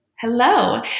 hello